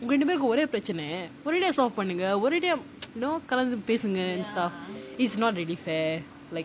நம்ம ரெண்டு பேருக்கும் ஒரே பிரச்னை ஒரேடியா:namma rendu perukum orae pirachanai oraediyaa solve பண்ணுங்க ஒரேடியா கலந்து பேசுங்க:pannunga oraediyaa kalanthu pesunga it's not really fair like